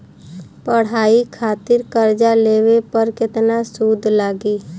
पढ़ाई खातिर कर्जा लेवे पर केतना सूद लागी?